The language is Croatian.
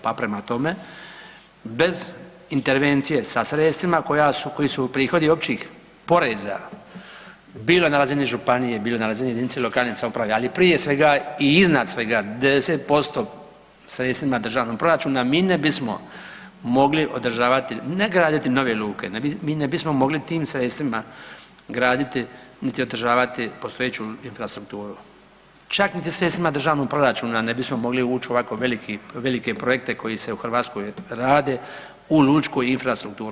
Pa prema tome, bez intervencije sa sredstvima koja su, koji su prihodi općih poreza, bila na razini županije, bilo na razini jedinica lokalne samouprave, ali prije svega i iznad svega 90% sredstvima Državnog proračuna mi ne bismo mogli održavati, ne graditi nove luke, mi ne bismo mogli tim sredstvima graditi niti održavati postojeću infrastrukturu, čak niti sredstvima Državnog proračuna ne bismo mogli ući u ovako velike projekte koji se u Hrvatskoj rade u lučku infrastrukturu.